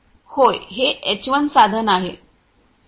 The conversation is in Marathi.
होय हे एच 1 साधन आहे